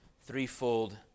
threefold